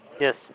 Yes